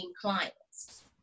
clients